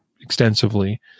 extensively